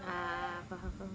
ah faham faham